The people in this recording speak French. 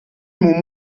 mon